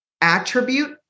attribute